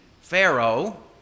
Pharaoh